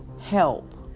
help